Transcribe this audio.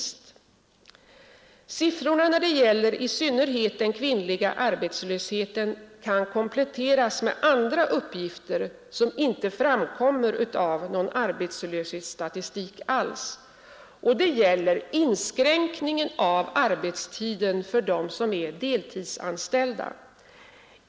Siffrorna när det gäller i synnerhet den kvinnliga arbetslösheten kan kompletteras med andra uppgifter, som inte framkommer av någon arbetslöshetsstatistik alls. Det rör sig om inskränkningen av arbetstiden för dem som är deltidsanställda.